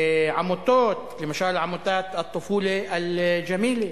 עמותות, למשל עמותת "אלטופולה אלג'מילה"